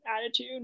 attitude